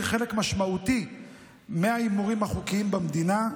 חלק משמעותי מההימורים החוקיים במדינה,